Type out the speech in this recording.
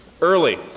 early